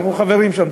אנחנו חברים שם.